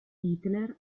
hitler